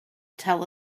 tell